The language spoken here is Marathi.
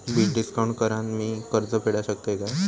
बिल डिस्काउंट करान मी कर्ज फेडा शकताय काय?